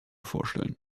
vorstellen